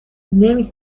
نمی